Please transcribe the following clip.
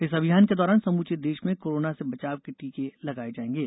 इस अभियान के दौरान समूचे देश में कोरोना से बचाव के टीके लगाए जाएंगे